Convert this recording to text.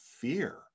fear